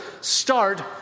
start